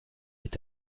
est